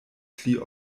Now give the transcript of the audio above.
pli